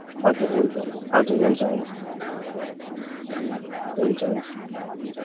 हजुर हुन्छ हजुर हुन्छ हुन्छ हुन्छ